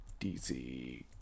DC